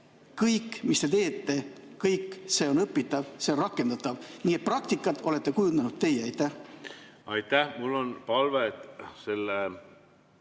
kõik, mis te teete, see on õpitav, see on rakendatav. Nii et praktikat olete kujundanud teie. Aitäh! Mul on palve selle